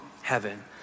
heaven